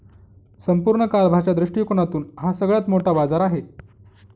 संपूर्ण कारभाराच्या दृष्टिकोनातून हा सगळ्यात मोठा बाजार आहे